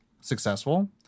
successful